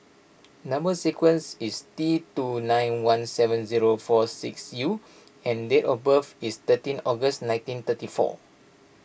Number Sequence is T two nine one seven zero four six U and date of birth is thirteen August nineteen thirty four